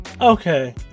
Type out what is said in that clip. okay